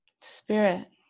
spirit